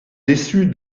déçu